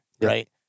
Right